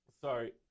Sorry